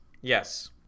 yes